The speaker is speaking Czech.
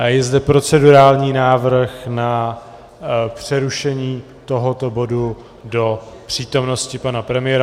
Je zde procedurální návrh na přerušení tohoto bodu do přítomnosti pana premiéra.